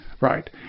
Right